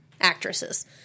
actresses